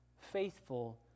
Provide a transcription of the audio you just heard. Faithful